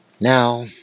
Now